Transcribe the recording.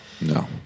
No